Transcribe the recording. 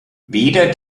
weder